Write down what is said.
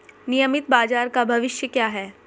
नियमित बाजार का भविष्य क्या है?